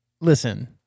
Listen